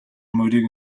морийг